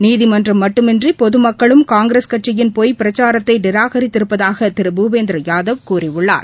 நீதிமன்றம் மக்களும் காங்கிரஸ் கட்சியின் பொய் பிரச்சாரத்தை நிராகரித்திருப்பதாக திரு பூபேந்திர யாதவ் கூறியுள்ளார்